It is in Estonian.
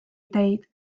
ideid